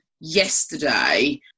yesterday